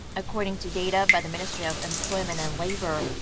according to data by the ministry of employment and labor,